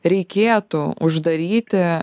reikėtų uždaryti